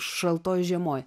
šaltoj žiemoj